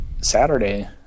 Saturday